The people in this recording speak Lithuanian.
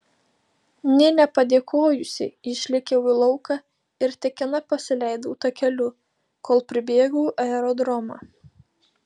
nė nepadėkojusi išlėkiau į lauką ir tekina pasileidau takeliu kol pribėgau aerodromą